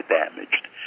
damaged